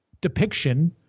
depiction